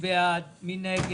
בדיוק